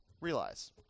Realize